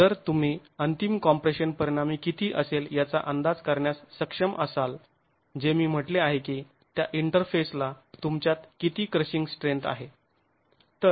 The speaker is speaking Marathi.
जर तुम्ही अंतिम कॉम्प्रेशन परिणामी किती असेल याचा अंदाज करण्यास सक्षम असाल जे मी म्हटले आहे की त्या इंटरफेस ला तुमच्यात किती क्रशिंग स्ट्रेंथ आहे